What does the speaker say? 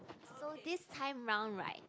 so this time round right